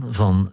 van